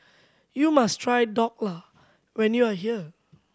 you must try Dhokla when you are here